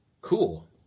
cool